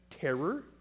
Terror